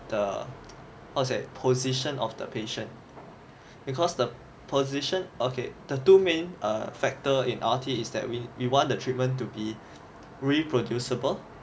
the how to say position of the patient because the position okay the two main err factor in R_T is that we we want the treatment to be reproducible